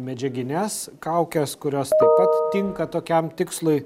medžiagines kaukes kurios taip pat tinka tokiam tikslui